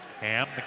Ham